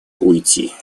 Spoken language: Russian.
уйти